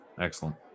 Excellent